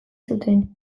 zuten